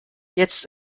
jetzt